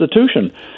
institution